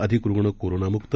अधिक रुग्ण कोरोनामुक्त